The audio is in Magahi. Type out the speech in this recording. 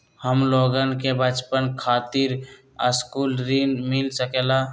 हमलोगन के बचवन खातीर सकलू ऋण मिल सकेला?